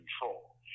control